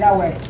yeah way,